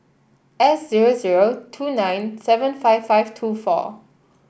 six zero zero two nine seven five five two four